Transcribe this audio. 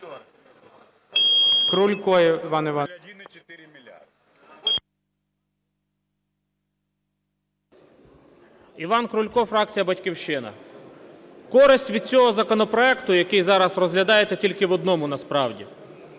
Іван Крулько, фракція "Батьківщина". Користь від цього законопроекту, який зараз розглядається, тільки в одному насправді,